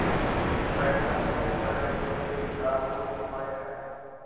पैसा जमा करे के एक आर रूप होय है?